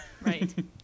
Right